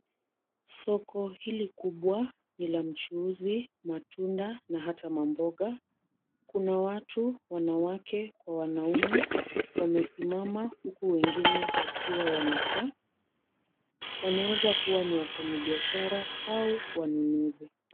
Soko hilinkubwa ni la mchuuzi, matunda na hata mamboga. Kuna watu wanawake kwa wanaume wamesimama huku wengine wamekaa. Wanaeza kuwa ni wafanyibiashara au wanunuzi.